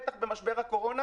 בטח במשבר הקורונה,